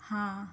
ہاں